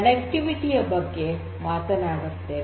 0 ನಲ್ಲಿ ನಾವು ಸಂಪರ್ಕದ ಬಗ್ಗೆ ಮಾತನಾಡುತ್ತೇವೆ